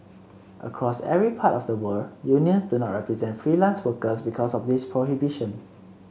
across every part of the world unions do not represent freelance workers because of this prohibition